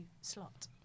slot